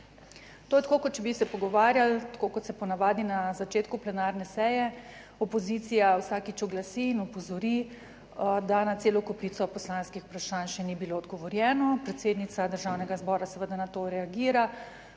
to je tako kot če bi se pogovarjali tako kot se ponavadi na začetku plenarne seje, opozicija vsakič oglasi in opozori, da na celo kopico poslanskih vprašanj še ni bilo odgovorjeno, predsednica Državnega zbora seveda na to reagira,